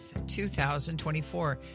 2024